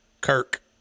Kirk